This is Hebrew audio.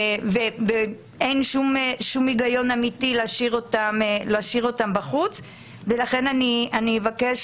אין שום היגיון אמיתי להשאיר אותם בחוץ ולכן אני אבקש